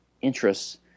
interests